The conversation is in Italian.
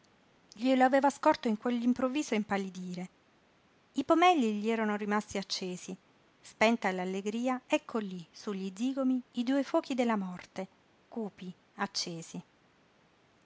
glielo aveva scorto in quell'improvviso impallidire i pomelli gli erano rimasti accesi spenta l'allegria ecco lí sugli zigomi i due fuochi della morte cupi accesi